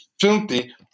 filthy